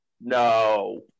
no